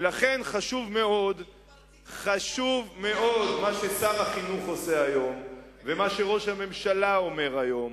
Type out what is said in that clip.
ולכן חשוב מאוד מה ששר החינוך עושה היום ומה שראש הממשלה אומר היום,